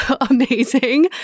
amazing